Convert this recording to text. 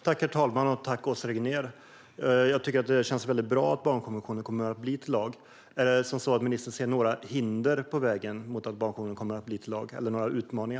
Fru talman! Tack, Åsa Regnér! Jag tycker att det känns väldigt bra att barnkonventionen blir lag. Ser socialministern några hinder eller utmaningar på vägen mot detta?